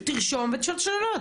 תרשום ותשאל שאלות,